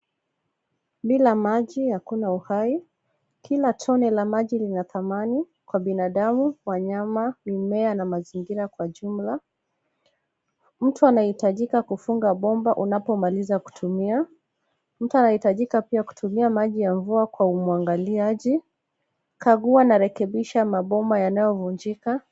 Bila maji hakuna uhai. Kila tone la maji lina thamani kwa binadamu, wanyama, mimea na mazingira kwa jumla. Mtu anahitajika kufunga bomba unapomaliza kutumia. Mtu anahitajika pia kutumia maji ya mvua kwa uangaliaji. Kagua na rekebisha mabomba yanayovunjika.